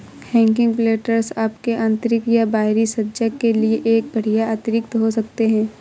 hanging planters आपके आंतरिक या बाहरी सज्जा के लिए एक बढ़िया अतिरिक्त हो सकते है